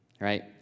right